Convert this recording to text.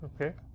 okay